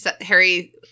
Harry